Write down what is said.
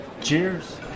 Cheers